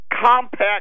compact